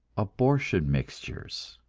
abortion mixtures.